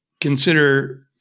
consider